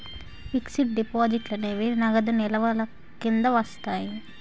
fixed డిపాజిట్లు అనేవి నగదు నిల్వల కింద వస్తాయి